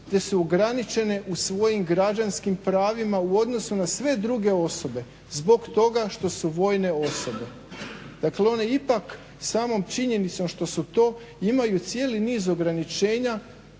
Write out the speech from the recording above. jer su ograničene u svojim građanskim pravima u odnosu na sve druge osobe, zbog toga što su vojne osobe. Dakle one ipak samom činjenicom što su to imaju cijeli niz ograničenja